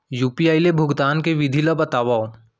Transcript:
UPI ले भुगतान के विधि ला बतावव